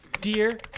Dear